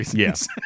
Yes